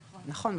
נכון,